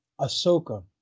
Ahsoka